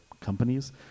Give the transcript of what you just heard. companies